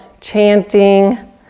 chanting